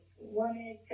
wanted